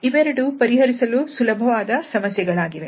ಇವೆರಡೂ ಪರಿಹರಿಸಲು ಸುಲಭವಾದ ಸಮಸ್ಯೆಗಳಾಗಿವೆ